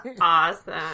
awesome